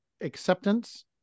acceptance